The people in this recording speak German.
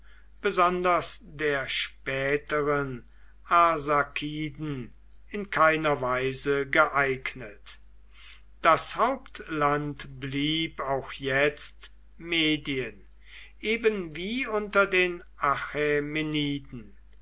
besonders der späteren arsakiden in keiner weise geeignet das hauptland blieb auch jetzt medien eben wie unter den